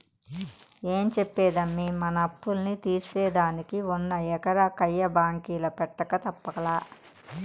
ఏం చెప్పేదమ్మీ, మన అప్పుల్ని తీర్సేదానికి ఉన్న ఎకరా కయ్య బాంకీల పెట్టక తప్పలా